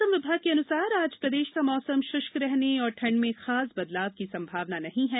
मौसम विभाग के अनुसार आज प्रदेश का मौसम शुष्क रहने और ठंड में खास बदलाव की संभावना नहीं है